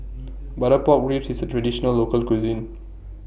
Butter Pork Ribs IS A Traditional Local Cuisine